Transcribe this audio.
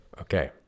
Okay